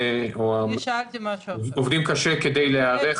אנחנו עובדים קשה כדי להיערך למצב --- אני שאלתי משהו אחר.